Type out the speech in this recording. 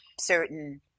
certain